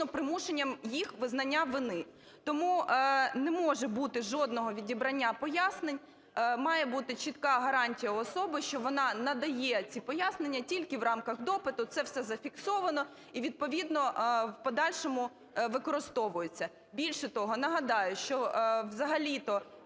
примушенням їх визнання вини. Тому не може бути жодного відібрання пояснень. Має бути чітка гарантія у особи, що вона надає ці пояснення тільки в рамках допиту, це все зафіксовано і відповідно в подальшому використовується. Більше того, нагадаю, що взагалі-то